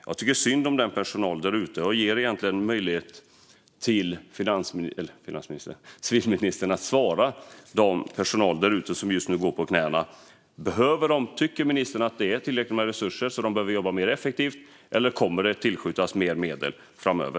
Jag tycker synd om personalen där ute, och jag ger civilministern möjlighet att svara dem som just nu går på knäna: Tycker ministern att det är tillräckligt med resurser och att de behöver jobba mer effektivt, eller kommer det att tillskjutas mer medel framöver?